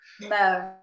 No